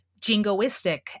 jingoistic